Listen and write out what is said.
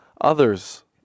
Others